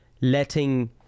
letting